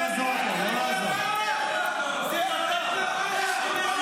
חבר הכנסת איימן עודה, קריאה שלישית.